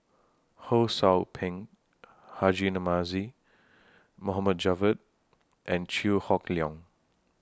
Ho SOU Ping Haji Namazie Mohd Javad and Chew Hock Leong